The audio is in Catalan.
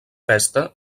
pesta